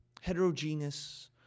heterogeneous